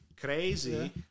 crazy